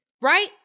right